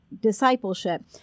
discipleship